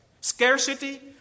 Scarcity